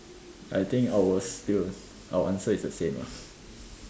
I think I will still our answer is the same ah